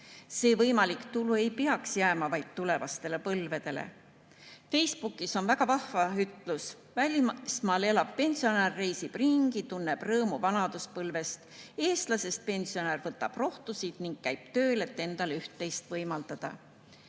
see võimalik tulu ei peaks jääma vaid tulevastele põlvedele. Facebookis on väga vahva ütlus, et välismaal elav pensionär reisib ringi, tunneb rõõmu vanaduspõlvest, aga eestlasest pensionär võtab rohtusid ning käib tööl, et endale üht-teist võimaldada.